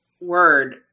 word